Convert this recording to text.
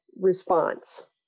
response